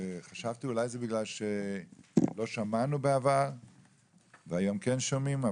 חשבתי שזה אולי בגלל שבעבר לא שמענו והיום כן שומעים,